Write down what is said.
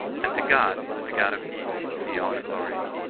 and to god, the god of peace, be all the glory.